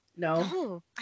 No